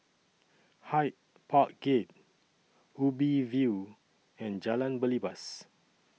Hyde Park Gate Ubi View and Jalan Belibas